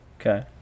Okay